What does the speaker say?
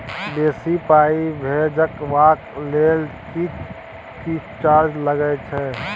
बेसी पाई भेजबाक लेल किछ चार्जो लागे छै?